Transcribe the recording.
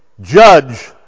judge